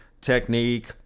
technique